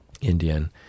Indian